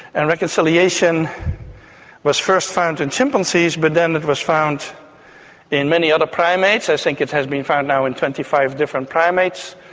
and reconciliation was first found in chimpanzees but then it was found in many other primates. i think it has been found now in twenty five different primates,